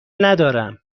ندارم